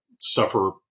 suffer